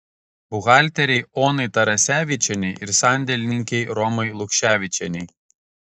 buhalterei onai tarasevičienei ir sandėlininkei romai lukševičienei